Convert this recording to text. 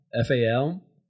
F-A-L